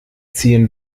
ziehen